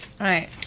right